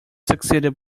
succeeded